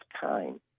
time